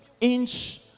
inch